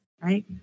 Right